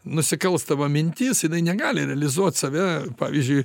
nusikalstama mintis jinai negali realizuot save pavyzdžiui